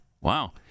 Wow